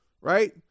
right